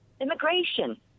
Immigration